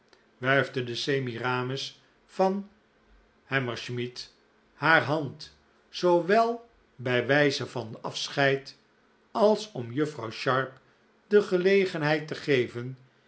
wuifde de semiramis van hammersmith haar hand zoowel bij wijze van afschcid als om juffrouw sharp de gelcgenheid te geven